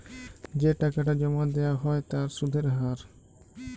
যে টাকাটা জমা দেয়া হ্য় তার সুধের হার